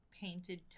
painted